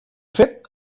fet